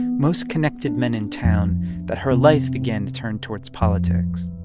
most connected men in town that her life began to turn towards politics